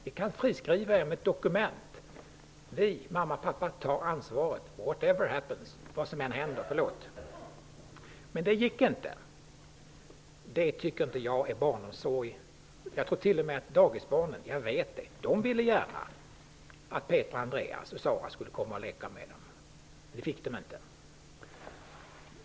Vi kan friskriva er från det i ett dokument: Vi, mamma och pappa, tar ansvaret, vad som än händer. Men det gick inte. Det tycker inte jag är barnomsorg! Jag tror t.o.m. -- ja, jag vet det -- att dagisbarnen gärna ville att Petra, Andreas och Sara skulle komma och leka med dem, men det fick de inte.